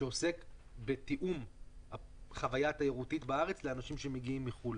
עוסק בתיאום החוויה התיירותית בארץ לאנשים שמגיעים מחו"ל.